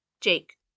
Jake